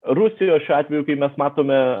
rusijos šiuo atveju kai mes matome